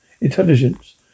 intelligence